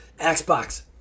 Xbox